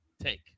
take